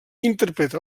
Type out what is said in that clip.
interpreta